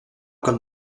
comme